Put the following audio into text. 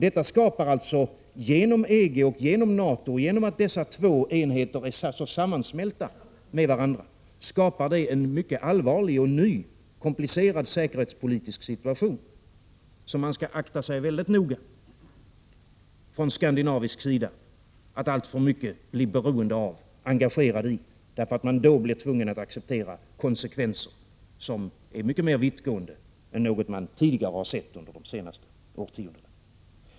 Detta skapar alltså, genom att de båda EG och NATO-enheterna sammansmält med varandra, en mycket allvarlig och ny, komplicerad säkerhetspolitisk situation, som man från skandinavisk sida skall akta sig väldigt noga för att alltför mycket bli beroende av och engagerad i, därför att man då blir tvungen att acceptera konsekvenser som är mycket mer vittgående än något annat som man upplevt under de senaste årtiondena.